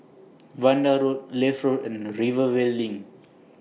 Vanda Road Leith Road and Rivervale LINK